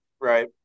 Right